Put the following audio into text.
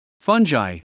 fungi